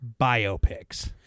biopics